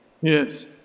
Yes